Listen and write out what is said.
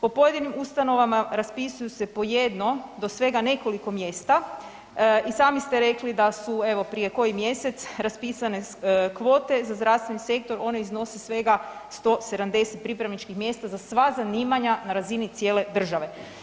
Po pojedinim ustanovama raspisuju se po jedno do svega nekoliko mjesta i sami ste rekli da su evo prije koji mjesec raspisane kvote za zdravstveni sektor, ona iznosi svega 170 pripravničkih mjesta za sva zanimanja na razini cijele države.